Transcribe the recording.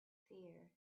fear